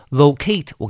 Locate